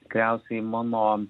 tikriausiai mano